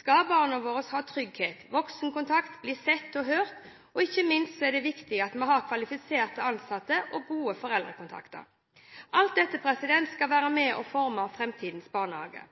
skal barna våre ha trygghet, voksenkontakt, bli sett og hørt, og ikke minst er det viktig at vi har kvalifiserte ansatte og god foreldrekontakt. Alt dette skal være med og forme framtidens barnehage –